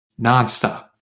nonstop